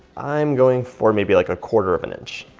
i'm going for maybe like a quarter of an inch.